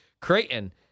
Creighton